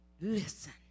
listen